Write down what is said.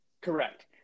Correct